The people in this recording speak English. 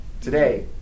today